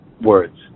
words